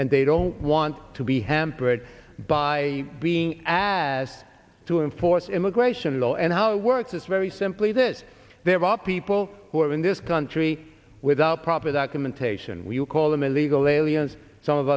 and they don't want to be hampered by being asked to enforce immigration law and how it works it's very simply that there are people who are in this country without proper documentation we would call them illegal aliens some of